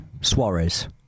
Suarez